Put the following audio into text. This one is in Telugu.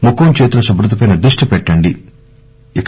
ముఖం చేతుల శుభ్రతపై దృష్టి పెట్టండి ఇక